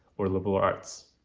or liberal arts.